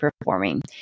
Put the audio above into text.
performing